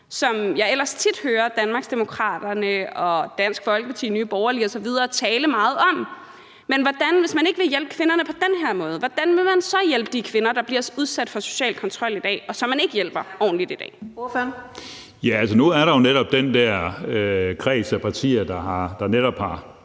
som jeg ellers tit hører Danmarksdemokraterne, Dansk Folkeparti, Nye Borgerlige osv. tale meget om. Men hvis man ikke vil hjælpe kvinderne på den her måde, hvordan vil man så hjælpe de kvinder, der bliver udsat for social kontrol i dag, og som man ikke hjælper ordentligt i dag? Kl. 15:47 Fjerde næstformand (Karina